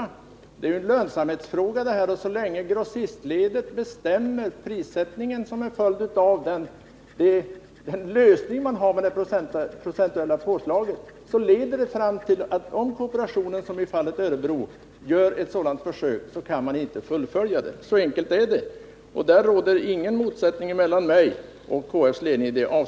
Det är ju en lönsamhetsfråga, och så länge grossistledet bestämmer prissättningen på grundval av den lösning man har med det procentuella påslaget så får vi den situationen att om kooperationen — som fallet var i Örebro — gör ett sådant försök, så kan man inte fullfölja det. Så enkelt är det, och i det avseendet råder ingen motsättning mellan mig och KF:s ledning.